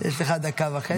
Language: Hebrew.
יש לך דקה וחצי.